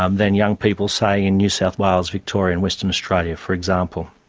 um than young people say in new south wales, victoria and western australia, for example.